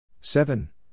Seven